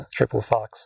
triplefox